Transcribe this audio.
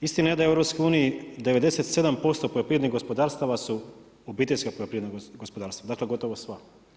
Istina je da je u EU 97% poljoprivrednih gospodarstava su obiteljska poljoprivredna gospodarstva gotovo sva.